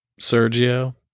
Sergio